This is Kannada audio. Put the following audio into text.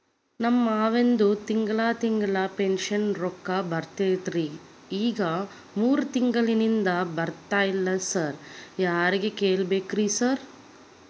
ನಮ್ ಮಾವಂದು ತಿಂಗಳಾ ತಿಂಗಳಾ ಪಿಂಚಿಣಿ ರೊಕ್ಕ ಬರ್ತಿತ್ರಿ ಈಗ ಮೂರ್ ತಿಂಗ್ಳನಿಂದ ಬರ್ತಾ ಇಲ್ಲ ಸಾರ್ ಯಾರಿಗ್ ಕೇಳ್ಬೇಕ್ರಿ ಸಾರ್?